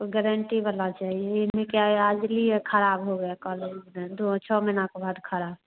हमको गरेंटी वाला चाहिए यह नहीं कि आई आज लिए ख़राब हो गया कल दो छः महिना के बाद ख़राब